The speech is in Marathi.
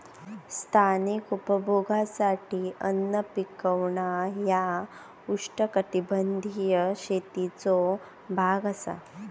स्थानिक उपभोगासाठी अन्न पिकवणा ह्या उष्णकटिबंधीय शेतीचो भाग असा